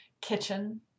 kitchen